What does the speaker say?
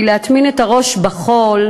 כי לטמון את הראש בחול,